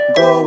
go